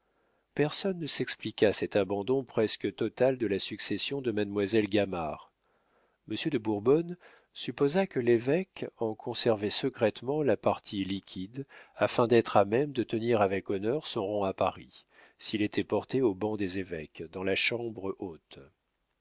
personne ne s'expliqua cet abandon presque total de la succession de mademoiselle gamard monsieur de bourbonne supposa que l'évêque en conservait secrètement la partie liquide afin d'être à même de tenir avec honneur son rang à paris s'il était porté au banc des évêques dans la chambre haute